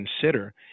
consider